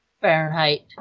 Fahrenheit